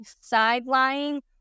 side-lying